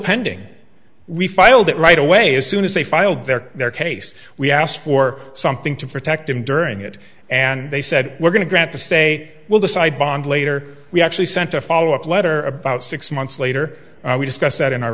pending we filed it right away as soon as they filed their their case we asked for something to protect them during it and they said we're going to grant the stay we'll decide bond later we actually sent a follow up letter about six months later we discussed that in our